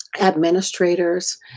administrators